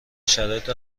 شرایط